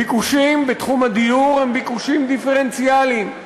ביקושים בתחום הדיור הם ביקושים דיפרנציאליים,